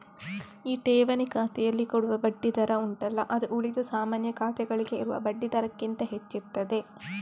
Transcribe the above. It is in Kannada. ಈ ಠೇವಣಿ ಖಾತೆನಲ್ಲಿ ಕೊಡುವ ಬಡ್ಡಿ ದರ ಉಂಟಲ್ಲ ಅದು ಉಳಿದ ಸಾಮಾನ್ಯ ಖಾತೆಗಳಿಗೆ ಇರುವ ಬಡ್ಡಿ ದರಕ್ಕಿಂತ ಹೆಚ್ಚಿರ್ತದೆ